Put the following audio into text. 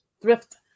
thrift